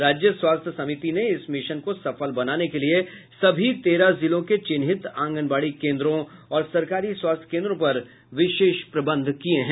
राज्य स्वास्थय समिति ने इस मिशन को सफल बनाने के लिए सभी तेरह जिलों के चिन्हित आंगनबाडी केन्द्रों और सरकारी स्वास्थय केन्द्रों पर विशेष प्रबंध किये हैं